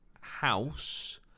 house